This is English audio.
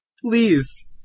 Please